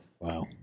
Wow